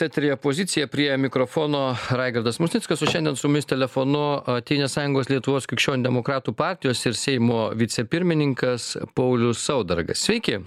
eteryje opozicija prie mikrofono raigardas musnickas o šiandien su jumis telefonu a tėvynės sąjungos lietuvos krikščionių demokratų partijos ir seimo vicepirmininkas paulius saudargas sveiki